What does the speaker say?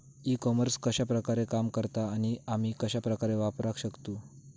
E commerce कश्या प्रकारे काम करता आणि आमी कश्या प्रकारे वापराक शकतू?